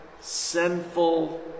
sinful